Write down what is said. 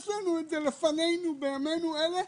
יש את זה בפנינו בימים אלה.